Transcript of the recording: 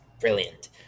brilliant